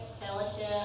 fellowship